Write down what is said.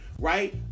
right